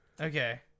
Okay